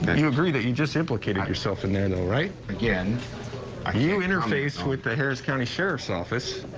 you agree that you just implicate yourself and then ah right again ah you interface with the harris county sheriff's office.